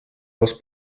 les